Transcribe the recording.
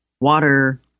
water